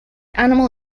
animal